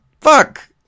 fuck